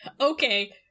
Okay